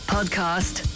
Podcast